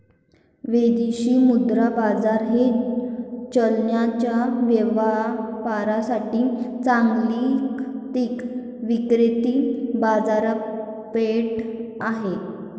विदेशी मुद्रा बाजार हे चलनांच्या व्यापारासाठी जागतिक विकेंद्रित बाजारपेठ आहे